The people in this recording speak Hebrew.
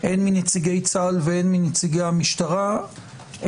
הן מנציגי צה"ל והן מנציגי המשטרה,